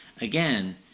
again